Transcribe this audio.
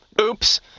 Oops